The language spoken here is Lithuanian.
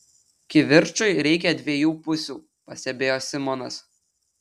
kivirčui reikia dviejų pusių pastebėjo simonas